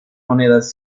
monedas